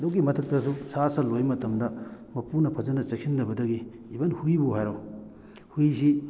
ꯑꯗꯨꯒꯤ ꯃꯊꯛꯇꯁꯨ ꯁꯥ ꯁꯟ ꯂꯣꯏꯕ ꯃꯇꯝꯗ ꯃꯄꯨꯅ ꯐꯖꯅ ꯆꯦꯛꯁꯟꯗꯕꯗꯒꯤ ꯏꯚꯟ ꯍꯨꯏꯕꯨ ꯍꯥꯏꯔꯣ ꯍꯨꯏꯁꯤ